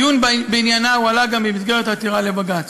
הדיון בעניינה הועלה גם במסגרת העתירה לבג"ץ.